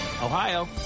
Ohio